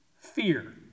fear